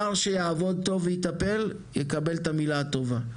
שר שיעבוד טוב ויטפל יקבל את המילה הטובה.